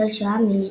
ניצול שואה מליטא.